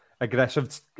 aggressive